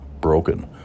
broken